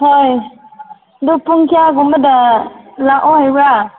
ꯍꯣꯏ ꯑꯗꯨ ꯄꯨꯡ ꯀꯌꯥꯒꯨꯝꯕꯗ ꯂꯥꯛꯑꯣ ꯍꯥꯏꯕ꯭ꯔꯥ